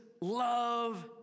love